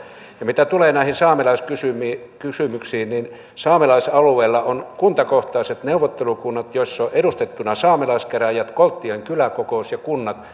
ja mitä tulee näihin saamelaiskysymyksiin niin saamelaisalueella on kuntakohtaiset neuvottelukunnat joissa on edustettuina saamelaiskäräjät kolttien kyläkokous ja kunnat